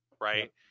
right